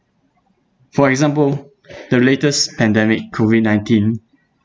for example the latest pandemic COVID nineteen